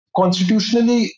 constitutionally